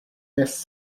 this